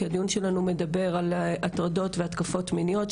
כי הדיון שלנו מדבר על ההטרדות וההתקפות המיניות,